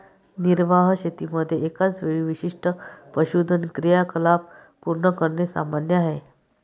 निर्वाह शेतीमध्ये एकाच वेळी विशिष्ट पशुधन क्रियाकलाप पूर्ण करणे सामान्य आहे